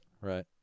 Right